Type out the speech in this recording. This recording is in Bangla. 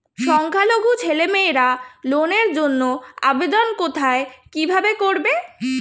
সংখ্যালঘু ছেলেমেয়েরা লোনের জন্য আবেদন কোথায় কিভাবে করবে?